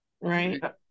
Right